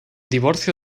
divorcio